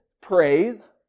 praise